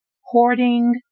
hoarding